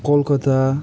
Kolkata